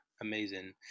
amazing